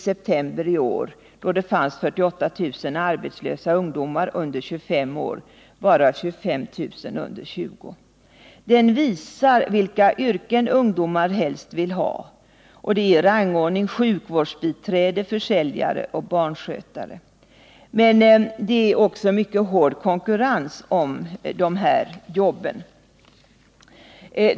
Det fanns då 48 000 arbetslösa ungdomar under 25 år, varav 25 000 under 20 år. Den visar vilka yrken ungdomar helst vill ha. Det är i rangordning: sjukvårdsbiträde, försäljare och barnskötare. Men det är också mycket hård konkurrens om de här jobben.